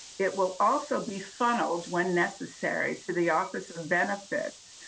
it will also be funneled when necessary to the office of benefits,